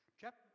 chapter